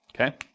Okay